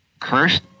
cursed